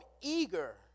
eager